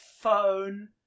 phone